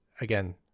Again